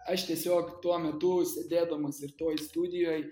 aš tiesiog tuo metu sėdėdamas ir toj studijoj